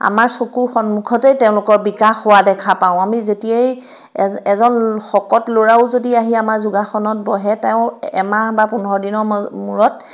আমাৰ চকুৰ সন্মুখতেই তেওঁলোকৰ বিকাশ হোৱা দেখা পাওঁ আমি যেতিয়াই এজ এজন শকত ল'ৰাও যদি আহি আমাৰ যোগাসনত বহে তেওঁ এমাহ বা পোন্ধৰ দিনৰ মূৰত